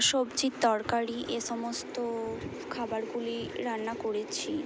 সব্জির তরকারি এ সমস্ত খাবারগুলি রান্না করেছি